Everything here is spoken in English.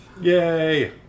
Yay